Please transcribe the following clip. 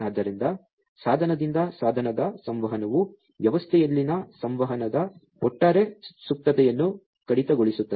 ಆದ್ದರಿಂದ ಸಾಧನದಿಂದ ಸಾಧನದ ಸಂವಹನವು ವ್ಯವಸ್ಥೆಯಲ್ಲಿನ ಸಂವಹನದ ಒಟ್ಟಾರೆ ಸುಪ್ತತೆಯನ್ನು ಕಡಿತಗೊಳಿಸುತ್ತದೆ